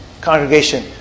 Congregation